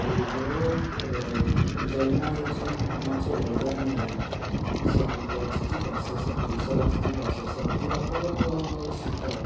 भुरगो जल्माये पसून मातसो व्हड जाय मेरेन सभोवताची जी भास आसा परीसराची जी भाशा आसा ती आपोआप शिकता